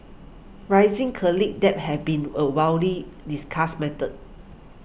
rising college debt has been a widely discussed matter